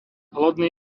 lodný